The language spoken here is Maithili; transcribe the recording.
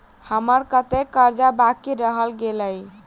हम्मर कत्तेक कर्जा बाकी रहल गेलइ?